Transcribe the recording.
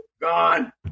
gone